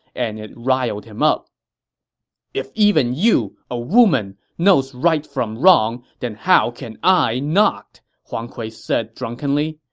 and it riled him up if even you, a woman, knows right from wrong, then how can i not? huang kui said drunkenly.